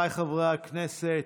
חבריי חברי הכנסת,